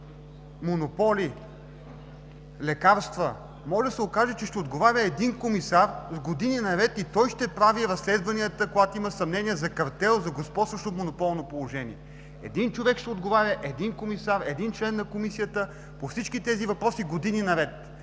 монополи, лекарства, а може да се окаже, че ще отговаря един комисар години наред и той ще прави разследванията, когато има съмнение за картел, за господстващо монополно положение. Един човек ще отговаря, един комисар, един член на Комисията по всички тези въпроси години наред.